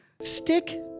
Stick